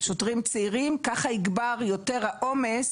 שוטרים צעירים, ככה יגבר יותר העומס